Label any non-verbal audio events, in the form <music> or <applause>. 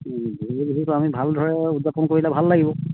<unintelligible> আমি ভালদৰে উদযাপন কৰিলে ভাল লাগিব